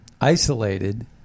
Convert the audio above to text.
Isolated